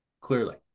clearly